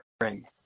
ring